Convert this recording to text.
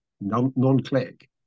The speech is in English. non-click